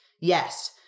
Yes